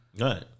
Right